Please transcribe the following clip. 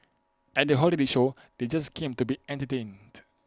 at the holiday show they just came to be entertained